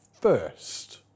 first